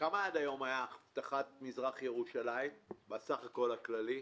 כמה עד היום היה אבטחת מזרח ירושלים בסך הכל הכללי?